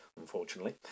unfortunately